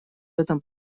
этом